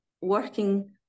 working